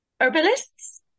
herbalists